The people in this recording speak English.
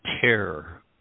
terror